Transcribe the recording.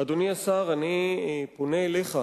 אדוני השר, אני פונה אליך,